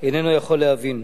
אינם יכולים להבין.